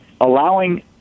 allowing